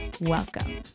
welcome